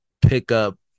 pickup